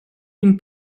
jim